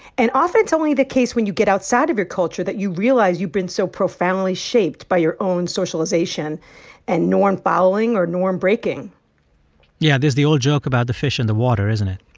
and often, it's only the case when you get outside of your culture that you realize you've been so profoundly shaped by your own socialization and norm following or norm breaking yeah, there's the old joke about the fish in the water, isn't it?